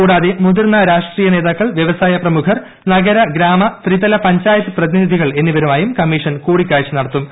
കൂടാതെ മുതിർന്ന രാഷ്ട്രിയ നേതാക്കൾ വ്യവസായ പ്രമുഖർ നഗര ഗ്രാമ ത്രിതല പഞ്ചായത്ത് പ്രതിനിധികൾ എന്നിവരുമായും കമ്മീഷൻ കൂടിക്കാഴ്ച നടത്തുന്നുണ്ട്